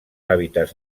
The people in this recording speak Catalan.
hàbitats